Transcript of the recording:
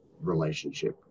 relationship